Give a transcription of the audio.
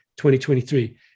2023